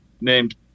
named